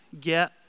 get